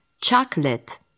Chocolate